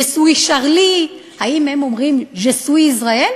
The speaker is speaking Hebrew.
Je suis Charlie, האם הם אומרים: Je suis Israel?